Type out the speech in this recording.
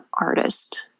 artist